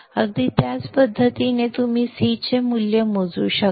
अगदी त्याच पद्धतीने तुम्ही C चे मूल्य मोजू शकता